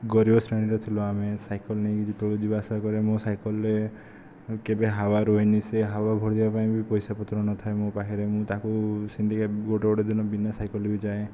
ଗରିବ ଶ୍ରେଣୀର ଥିଲୁ ଆମେ ସାଇକଲ ନେଇକି ଯେତେବେଳେ ଯିବା ଆସିବା କରେ ମୋ ସାଇକଲରେ କେବେ ହାୱା ରୁହେନି ସେ ହାୱା ଭରିଦେବା ପାଇଁ ବି ପଇସା ପତ୍ର ନଥାଏ ମୋ ପାଖରେ ମୁଁ ତାହାକୁ ସେମିତିକା ଗୋଟିଏ ଗୋଟିଏ ଦିନ ବିନା ସାଇକଲରେ ବି ଯାଏ